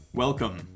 Welcome